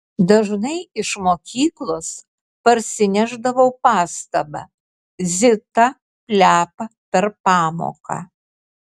dažnai iš mokyklos parsinešdavau pastabą zita plepa per pamoką